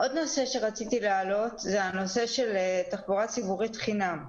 עוד נושא שרציתי להעלות זה הנושא של תחבורה ציבורית חינם.